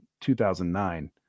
2009